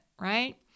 right